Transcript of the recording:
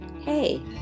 Hey